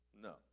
No